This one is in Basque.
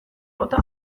bota